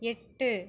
எட்டு